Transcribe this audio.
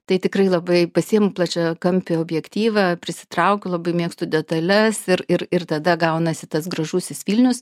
tai tikrai labai pasiimu plačiakampį objektyvą prisitraukiu labai mėgstu detales ir ir ir tada gaunasi tas gražusis vilnius